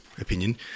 opinion